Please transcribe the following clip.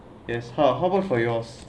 yes how about for yours